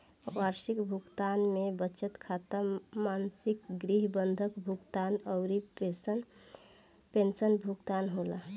वार्षिकी भुगतान में बचत खाता, मासिक गृह बंधक भुगतान अउरी पेंशन भुगतान होला